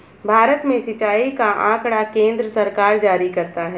भारत में सिंचाई का आँकड़ा केन्द्र सरकार जारी करती है